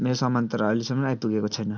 मेरो सामान तर अहिलेसम्म आइपुगेको छैन